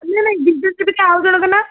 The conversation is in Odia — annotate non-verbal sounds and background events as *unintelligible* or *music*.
ନାଇଁ ନାଇଁ ଦୁଇ ଜଣ *unintelligible* ଆଉ ଜଣଙ୍କ ନାଁ